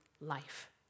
life